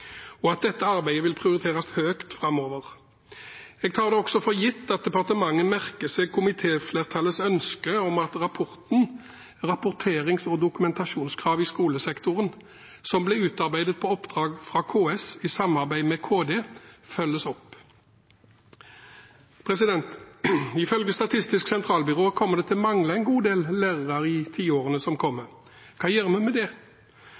og at dette arbeidet vil prioriteres høyt framover. Jeg tar det også for gitt at departementet merker seg komitéflertallets ønske om at rapporten «Rapporterings- og dokumentasjonskrav i skolesektoren», som ble utarbeidet på oppdrag fra KS, i samarbeid med Kunnskapsdepartementet, følges opp. Ifølge Statistisk sentralbyrå kommer det til å mangle en god del lærere i tiårene som kommer. Hva gjør vi med det?